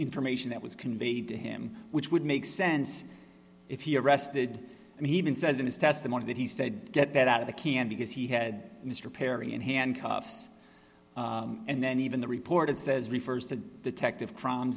information that was conveyed to him which would make sense if he arrested and he even says in his testimony that he said get that out of the can because he had mr perry in handcuffs and then even the report it says refers to detective